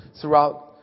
throughout